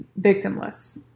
victimless